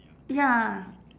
ya